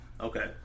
Okay